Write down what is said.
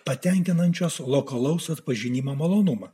patenkinančios lokalaus atpažinimo malonumą